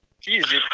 Jesus